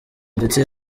ndetse